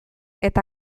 eta